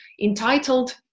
entitled